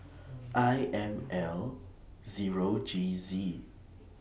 I M L Zero G Z